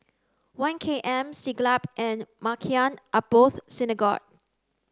One K M Siglap and Maghain Aboth Synagogue